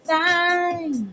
time